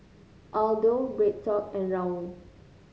Aldo BreadTalk and Raoul